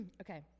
Okay